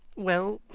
well,